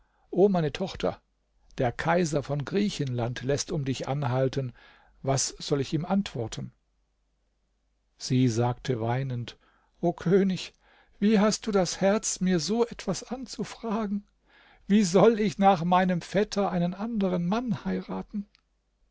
o meine tochter der kaiser von griechenland läßt um dich anhalten was soll ich ihm antworten sie sagte weinend o könig wie hast du das herz mir so etwas anzufragen wie soll ich nach meinem vetter einen anderen mann heiraten